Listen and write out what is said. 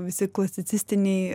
visi klasicistiniai